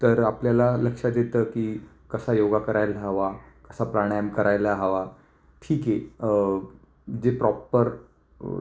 तर आपल्याला लक्षात येतं की कसा योग करायला हवा कसा प्राणायाम करायला हवा ठीके जे प्रॉप्पर